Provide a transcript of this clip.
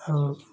ଆଉ